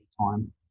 time